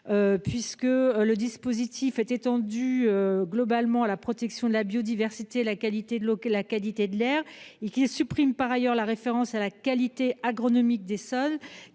étendre le dispositif, globalement, à la protection de la biodiversité, à la qualité de l'eau et à la qualité de l'air, et à supprimer la référence à la qualité agronomique des sols,